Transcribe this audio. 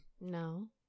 No